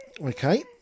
Okay